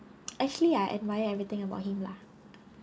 actually I admire everything about him lah